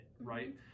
right